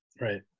right